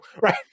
right